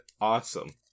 Awesome